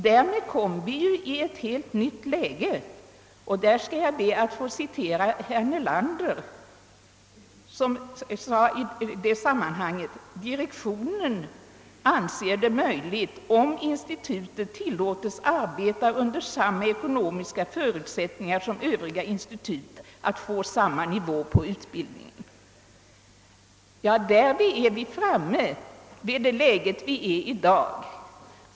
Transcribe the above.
Detta innebar en helt ny situation, och i det sammanhanget skall jag be att få citera herr Nelander som sade: »Direktionen anser det möjligt, om institutet tillåtes arbeta under samma eko nomiska förutsättningar som övriga institut, att få samma nivå på utbildningen.» Därmed är vi framme vid dagens läge.